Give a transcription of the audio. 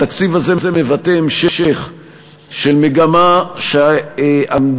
התקציב הזה מבטא המשך של מגמה שעמדה